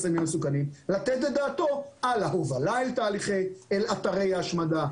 לתת את דעתה על ההובלה אל אתרי ההשמדה.